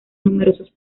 numerosos